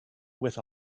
with